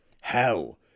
hell